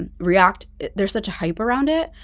and react there's such a hype around it.